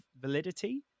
validity